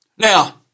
Now